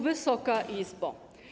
Wysoka Izbo!